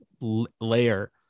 layer